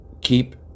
keep